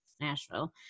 Nashville